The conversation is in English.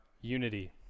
unity